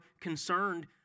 concerned